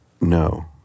No